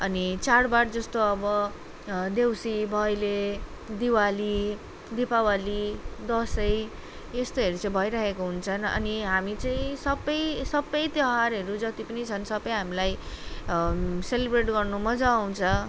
अनि चाडबाड जस्तो अब देउसी भैलो दिवाली दिपावली दसैँ यस्तोहरू चाहिँ भइरहेको हुन्छन् अनि हामी चाहिँ सबै सबै त्यौहारहरू जति पनि छन् सबै हामीलाई सेलिब्रेट गर्नु मजा आउँछ